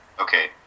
Okay